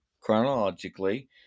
Chronologically